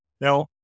Now